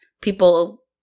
people